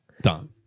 Done